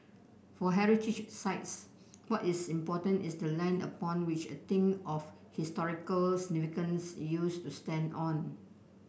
for heritage sites what is important is the land upon which a thing of historical significance used to stand on